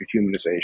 dehumanization